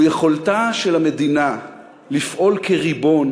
הוא יכולתה של המדינה לפעול כריבון